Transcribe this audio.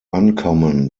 uncommon